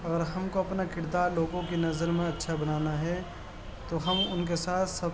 اگر ہم کو اپنا کردار لوگوں کی نظر میں اچھا بنانا ہے تو ہم ان کے ساتھ سب